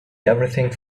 everything